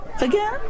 Again